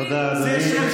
תודה, אדוני.